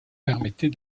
permettait